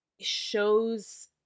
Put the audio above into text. shows